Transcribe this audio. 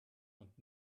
und